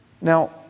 Now